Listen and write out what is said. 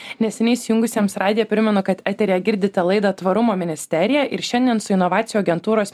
neseniai įsijungusiems radiją primenu kad eteryje girdite laidą tvarumo ministerija ir šiandien su inovacijų agentūros